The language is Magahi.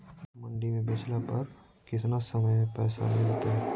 मंडी में बेचला पर कितना समय में पैसा मिलतैय?